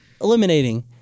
eliminating